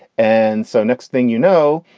and so next thing you know,